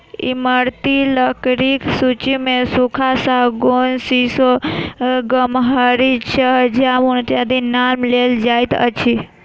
ईमारती लकड़ीक सूची मे सखुआ, सागौन, सीसो, गमहरि, चह, जामुन इत्यादिक नाम लेल जाइत अछि